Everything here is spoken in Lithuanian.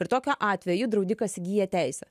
ir tokiu atveju draudikas įgyja teisę